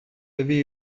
avez